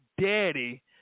daddy